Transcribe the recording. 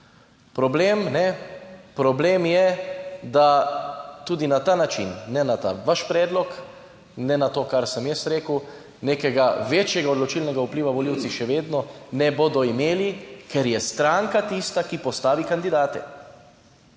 problem je, da tudi na ta način, ne na ta vaš predlog, ne na to, kar sem jaz rekel, nekega večjega odločilnega vpliva volivci še vedno ne bodo imeli, ker je stranka tista, ki postavi kandidate.